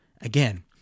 again